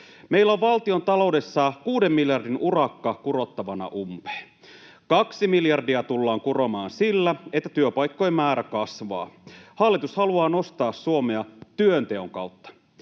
Meillä on valtiontaloudessa 6 miljardin urakka kurottavana umpeen. 2 miljardia tullaan kuromaan sillä, että työpaikkojen määrä kasvaa. Hallitus haluaa nostaa Suomea työnteon kautta.